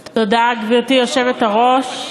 תודה, גברתי היושבת-ראש,